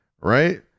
Right